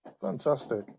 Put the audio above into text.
fantastic